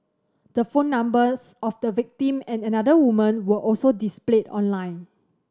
the phone numbers of the victim and another woman were also displayed online